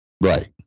right